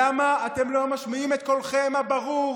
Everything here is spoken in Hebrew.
למה אתם לא משמיעים את קולכם הברור,